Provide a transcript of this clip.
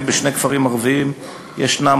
האלה נמצאים בשני כפרים ערביים ושהם